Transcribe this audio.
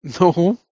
no